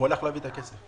הוא הלך להביא את הכסף.